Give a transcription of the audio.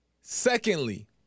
secondly